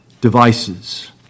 devices